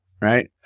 right